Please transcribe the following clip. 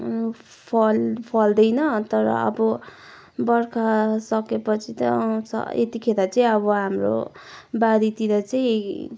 फल फल्दैन तर अब बर्खा सकिएपछि त आउँछ यतिखेर चाहिँ अब हाम्रो बारीतिर चाहिँ